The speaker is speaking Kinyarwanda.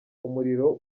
umuriro